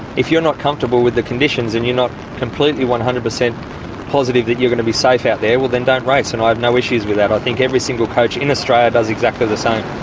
if you're not comfortable with the conditions and you're not completely, one hundred per cent positive that you're going to be safe out there, well then don't race, and i have no issues with that. i think every single coach in australia does exactly the same.